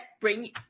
bring